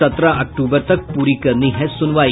सत्रह अक्तूबर तक पूरी करनी है सुनवाई